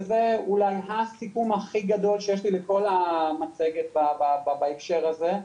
וזה אולי הסיכום הכי גדול שיש לי לכל המצגת בהקשר הזה,